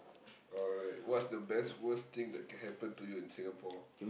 alright what's the best worst thing that can happen to you in Singapore